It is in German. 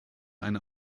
eine